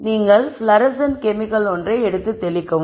எனவே நீங்கள் fluorescent chemical ஒன்றை எடுத்து தெளிக்கவும்